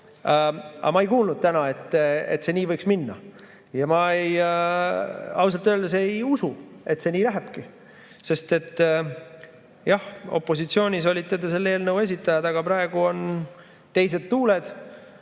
Aga ma ei kuulnud täna, et see nii võiks minna. Ja ma ausalt öeldes ei usu, et see nii läheb. Sest jah, opositsioonis olite te selle eelnõu esitajad, aga praegu on teised tuuled,